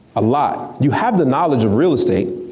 a lot, you have the knowledge of real estate.